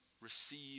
receive